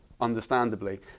understandably